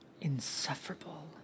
Insufferable